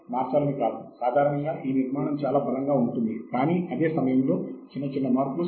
సరే సాహిత్య శోధన మనము ఎందుకు చేయాలనుకుంటున్నాము